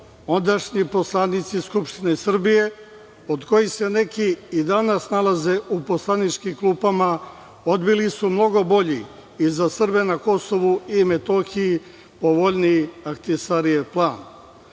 ondašnji poslanici Skupštine Srbije, od kojih se neki i danas nalaze u poslaničkim klupama, odbili su mnogo bolji i za Srbe na Kosovu i Metohiji povoljniji Ahtisarijev plan. Koje